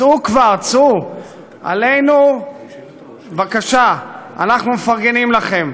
צאו כבר, צאו, עלינו, בבקשה, אנחנו מפרגנים לכם.